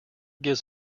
gives